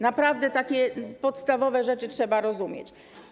Naprawdę takie podstawowe rzeczy trzeba rozumieć.